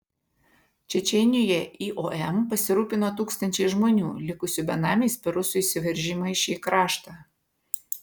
čečėnijoje iom pasirūpino tūkstančiais žmonių likusių benamiais per rusų įsiveržimą į šį kraštą